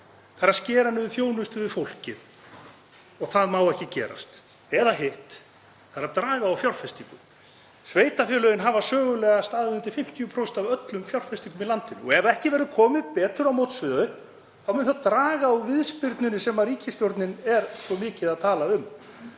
þ.e. að skera niður þjónustu við fólkið, og það má ekki gerast, eða hitt, að draga úr fjárfestingu. Sveitarfélögin hafa sögulega staðið undir 50% af öllum fjárfestingum í landinu og ef ekki verður komið betur til móts við þau mun það draga úr viðspyrnunni sem ríkisstjórnin hefur svo mikið talað um.